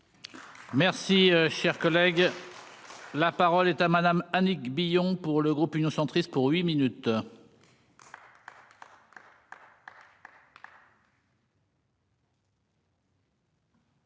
Merci, cher collègue, la parole est à madame Annick Billon pour le groupe Union centriste pour huit minutes.